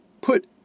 put